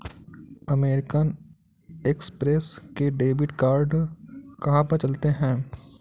American Express के debit card कहाँ पर चलते हैं?